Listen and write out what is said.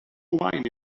wine